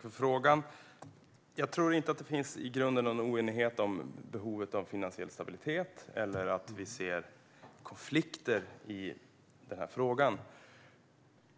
Fru talman! Jag tror inte att det i grunden finns någon oenighet om behovet av finansiell stabilitet eller några konflikter i den här frågan,